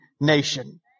nation